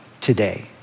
today